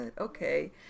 Okay